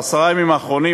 בעשרת הימים האחרונים,